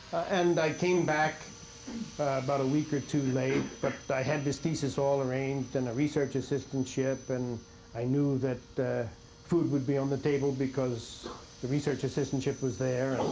and i came back about a week or two late, but i had this thesis all arranged and a research assistantship, and i knew that food would be on the table because the research assistantship was there.